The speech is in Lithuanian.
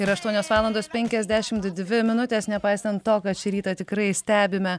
yra aštuonios valandos penkiasdešimt dvi minutės nepaisant to kad šį rytą tikrai stebime